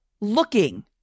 looking